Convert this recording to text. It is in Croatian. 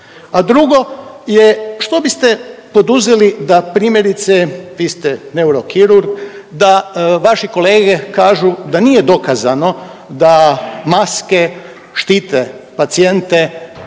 A drugo je, što biste poduzeli da primjerice, vi ste neurokirurg da vaši kolege kažu da nije dokazano da maske štite pacijente,